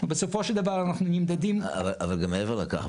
בסופו של דבר אנחנו נמדדים --- אבל גם מעבר לכך,